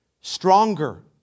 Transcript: stronger